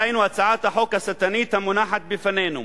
היינו הצעת החוק השטנית המונחת בפנינו,